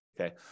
Okay